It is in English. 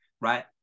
right